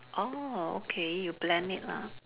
orh okay you blend it lah